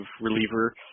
reliever